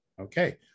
Okay